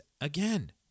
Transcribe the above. again